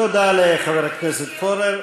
תודה לחבר, ואני, הכנסת פורר.